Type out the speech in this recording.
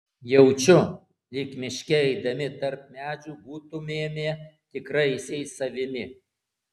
jaučiu lyg miške eidami tarp medžių būtumėme tikraisiais savimi